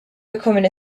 becoming